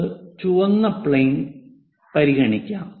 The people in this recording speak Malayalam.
നമുക്ക് ചുവന്ന പ്ലെയിൻ പരിഗണിക്കാം